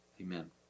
amen